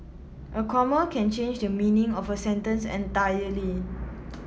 a comma can change the meaning of a sentence entirely